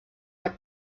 per